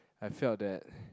I felt that